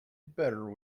better